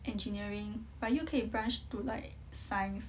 engineering but 又可以 branch to like science